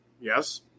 Yes